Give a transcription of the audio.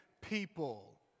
people